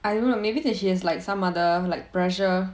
I don't know maybe then she has like some other like pressure